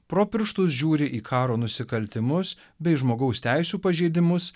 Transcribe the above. pro pirštus žiūri į karo nusikaltimus bei žmogaus teisių pažeidimus